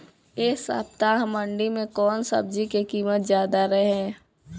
एह सप्ताह मंडी में कउन सब्जी के कीमत ज्यादा रहे?